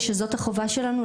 ושזאת החובה שלנו,